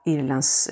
Irlands